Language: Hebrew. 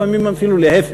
לפעמים אפילו להפך.